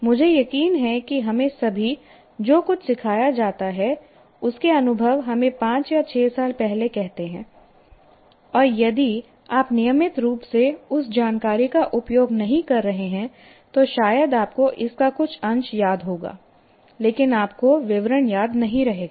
मुझे यकीन है कि हमें सभी जो कुछ सिखाया जाता है उसके अनुभव हमें 5 या 6 साल पहले कहते हैं और यदि आप नियमित रूप से उस जानकारी का उपयोग नहीं कर रहे हैं तो शायद आपको इसका कुछ अंश याद होगा लेकिन आपको विवरण याद नहीं रहेगा